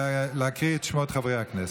להקריא את שמות חברי הכנסת.